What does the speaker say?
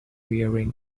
wearing